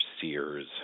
Sears